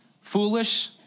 foolish